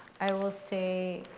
i will say,